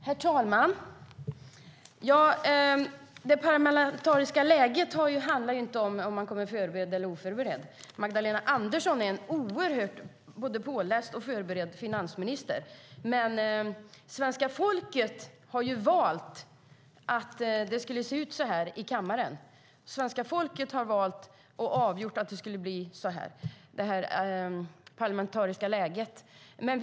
Herr talman! Det parlamentariska läget handlar inte om ifall man kommer förberedd eller oförberedd. Magdalena Andersson är en oerhört påläst och väl förberedd finansminister. Svenska folket har valt att det skulle se ut som det gör i kammaren. Svenska folket har avgjort att det parlamentariska läget skulle bli så här.